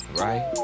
right